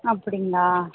அப்படிங்களா